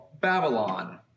Babylon